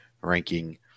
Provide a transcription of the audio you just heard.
ranking